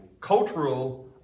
cultural